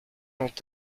ont